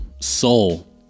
soul